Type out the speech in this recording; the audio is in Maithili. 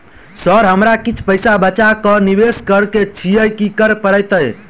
सर हमरा किछ पैसा बचा कऽ निवेश करऽ केँ छैय की करऽ परतै?